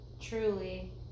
truly